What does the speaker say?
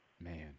Man